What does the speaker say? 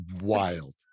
wild